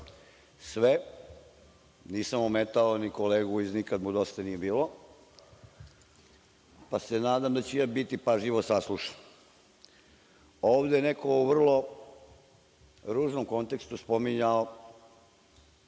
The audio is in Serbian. sve, nisam ometao ni kolegu iz „nikad mu dosta nije bilo“, pa se nadam da ću i ja biti pažljivo saslušan. Ovde je neko u vrlo ružnom kontekstu spominjao